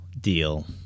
deal